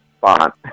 font